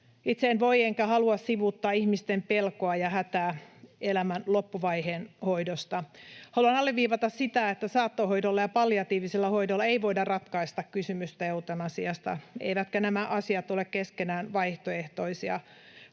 Itse en voi enkä halua sivuuttaa ihmisten pelkoa ja hätää elämän loppuvaiheen hoidosta. Haluan alleviivata sitä, että saattohoidolla ja palliatiivisella hoidolla ei voida ratkaista kysymystä eutanasiasta, eivätkä nämä asiat ole keskenään vaihtoehtoisia.